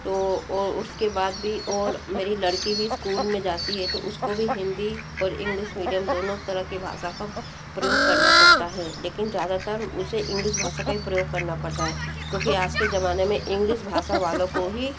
तो ओ उसके बाद भी ओर मेरी लड़की भी स्कूल में जाती है उसको भी हिंदी और इंग्लिस मीडियम दोनों तरह की भाषा का प्रयोग करना पड़ता है लेकिन ज़्यादातर उसे इंग्लिस भाषा का ही प्रयोग करना पड़ता है क्योंकि आज के ज़माने में इंग्लिश भाषा वालों को ही